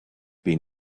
been